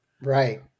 Right